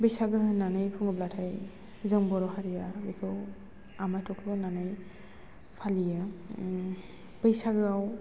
बैसागो होन्नानै बुङोब्लाथाय जों बर' हारिया बेखौ आमायथख्ल' होन्नानै फालियो बैसागोआव